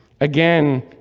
Again